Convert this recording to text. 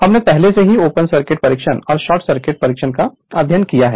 हमने पहले से ही ओपन सर्किट परीक्षण और शॉर्ट सर्किट का अध्ययन किया है